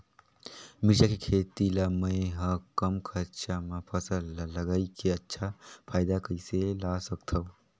मिरचा के खेती ला मै ह कम खरचा मा फसल ला लगई के अच्छा फायदा कइसे ला सकथव?